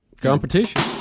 competition